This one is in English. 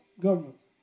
governments